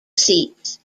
seats